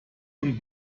von